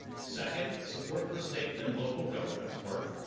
second, support for state and local governments work.